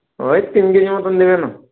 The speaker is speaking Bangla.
ওই তিন কেজি মতন দেবে না